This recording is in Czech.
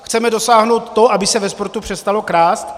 Chceme dosáhnout toho, aby se ve sportu přestalo krást?